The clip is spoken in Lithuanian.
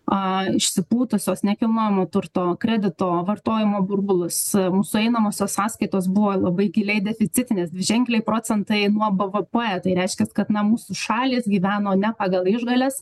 aaa išsipūtusios nekilnojamo turto kredito vartojimo burbulus mūsų einamosios sąskaitos buvo labai giliai deficitinės dviženkliai procentai nuo bvp tai reiškias kad na mūsų šalys gyveno ne pagal išgales